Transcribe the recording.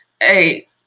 hey